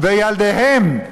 וילדיהם,